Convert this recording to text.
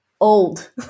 old